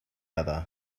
other